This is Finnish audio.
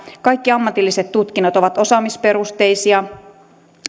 kaikki ammatilliset tutkinnot ovat osaamisperusteisia